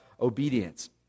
obedience